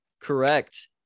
correct